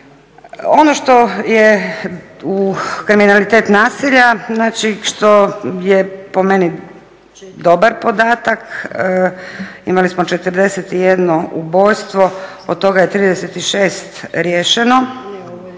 Ono što je kriminalitet nasilja, znači što je po meni dobar podatak, imali smo 41 ubojstvo, od toga je 36 riješeno